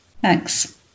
Thanks